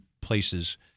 places